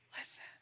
listen